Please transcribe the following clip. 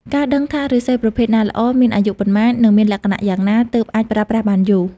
ការដឹងថាឫស្សីប្រភេទណាល្អ មានអាយុប៉ុន្មាន និងមានលក្ខណៈយ៉ាងណាទើបអាចប្រើប្រាស់បានយូរ។